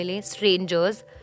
strangers